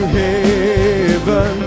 heaven